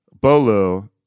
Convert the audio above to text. Bolo